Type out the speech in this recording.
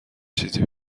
چیزی